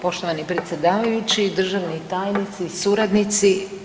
Poštovani predsjedavajući, državni tajnici, suradnici.